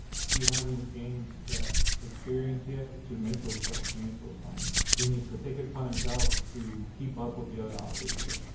he hasn't gained that experience yet, to make those busts, to make those finds. he needs to take it upon himself to keep up with the other officers here.